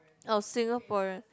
oh Singaporean